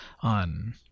on